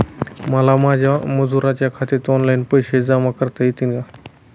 मला माझ्या मजुरांच्या खात्यात ऑनलाइन पैसे जमा करता येतील का?